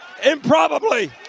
improbably